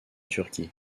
turquie